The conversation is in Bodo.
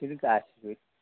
बिसोर गासैबो